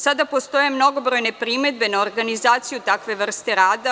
Sada postoje mnogobrojne primedbe na organizaciju takve vrste rada.